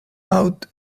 out